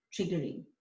triggering